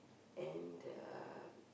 and uh